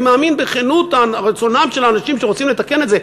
אני מאמין בכנות רצונם של האנשים שרוצים לתקן את זה.